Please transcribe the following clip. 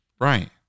Right